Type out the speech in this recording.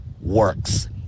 works